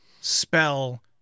spell